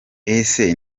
ese